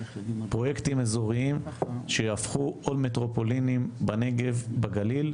אבל פרויקטים אזוריים שיהפכו מטרופולינים בנגב ובגליל.